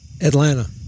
Atlanta